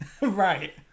right